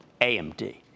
AMD